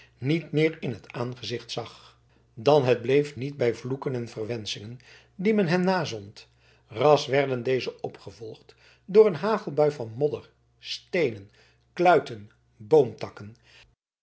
niet meer in t aangezicht zag dan het bleef niet bij de vloeken en verwenschingen die men hen nazond ras werden deze opgevolgd door een hagelbui van modder steenen kluiten